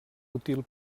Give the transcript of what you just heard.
útil